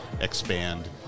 expand